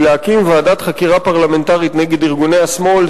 היא להקים ועדת חקירה פרלמנטרית נגד ארגוני השמאל.